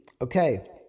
Okay